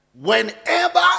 Whenever